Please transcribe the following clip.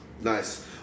Nice